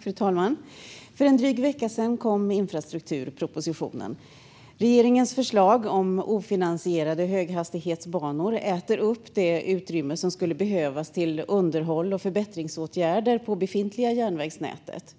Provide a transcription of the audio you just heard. Fru talman! För en dryg vecka sedan kom infrastrukturpropositionen. Regeringens förslag om ofinansierade höghastighetsbanor äter upp det utrymme som skulle behövas för underhåll och förbättringsåtgärder på det befintliga järnvägsnätet.